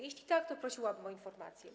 Jeśli tak, to prosiłabym o informację.